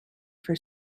for